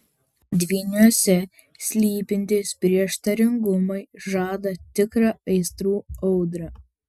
dvyniuose slypintys prieštaringumai žada tikrą aistrų audrą